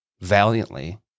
valiantly